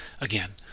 Again